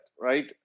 right